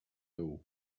haut